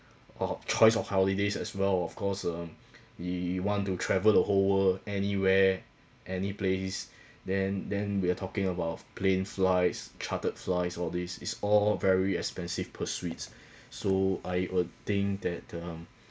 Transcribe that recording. on choice of holidays as well of course um you you want to travel the whole world anywhere any place then then we're talking about plane flights chartered flights all this is all very expensive pursuits so I would think that um